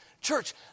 Church